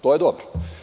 To je dobro.